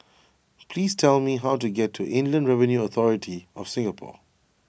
please tell me how to get to Inland Revenue Authority of Singapore